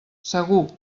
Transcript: segur